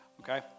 okay